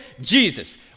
Jesus